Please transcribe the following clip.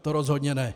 To rozhodně ne.